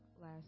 last